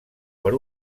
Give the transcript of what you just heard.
per